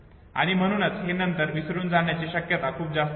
आणि म्हणूनच हे नंतर विसरून जाण्याची शक्यता खूप जास्त असते